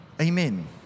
Amen